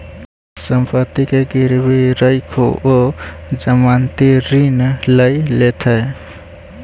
सम्पत्ति के गिरवी राइख ओ जमानती ऋण लय लेलैथ